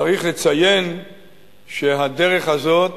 צריך לציין שהדרך הזאת,